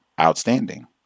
Outstanding